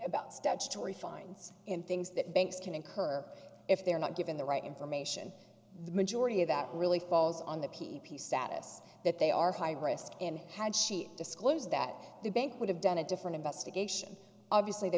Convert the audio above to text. about statutory fines and things that banks can incur if they're not given the right information the majority of that really falls on the p p status that they are high risk and had she disclosed that the bank would have done a different investigation obviously they